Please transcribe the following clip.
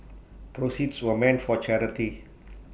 proceeds were meant for charity